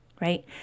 right